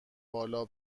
بالا